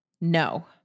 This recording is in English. No